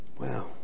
Wow